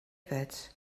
yfed